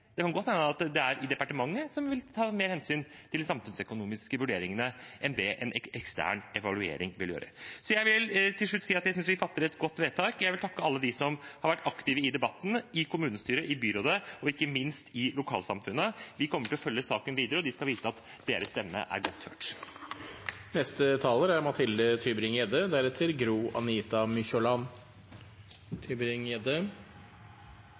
Det kan godt hende at departementet vil ta mer hensyn til de samfunnsøkonomiske vurderingene enn det en ekstern vurdering vil gjøre. Jeg vil til slutt si at jeg synes vi fatter et godt vedtak. Jeg vil takke alle dem som har vært aktive i debatten – i kommunestyret, i byrådet og ikke minst i lokalsamfunnet. Vi kommer til å følge saken videre, og de skal vite at deres stemmer er blitt hørt. Det er